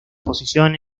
posición